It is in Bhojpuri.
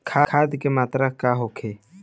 खाध के मात्रा का होखे?